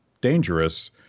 dangerous